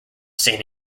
saint